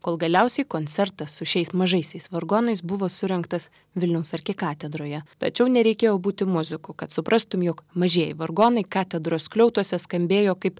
kol galiausiai koncertas su šiais mažaisiais vargonais buvo surengtas vilniaus arkikatedroje tačiau nereikėjo būti muziku kad suprastum jog mažieji vargonai katedros skliautuose skambėjo kaip